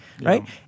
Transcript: right